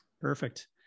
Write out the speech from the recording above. perfect